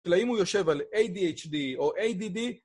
להאם הוא יושב על ADHD או ADD